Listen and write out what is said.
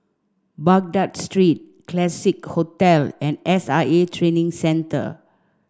Baghdad Street Classique Hotel and S I A Training Centre